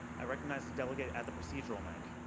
i recognize the delegate at the procedural mic.